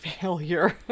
failure